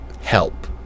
help